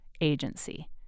agency